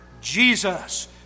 Jesus